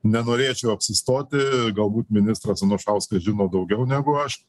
nenorėčiau apsistoti galbūt ministras anušauskas žino daugiau negu aš